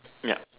yep